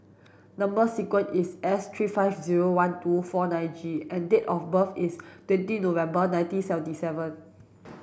number sequence is S three five zero one two four nine G and date of birth is twenty November nineteen seventy seven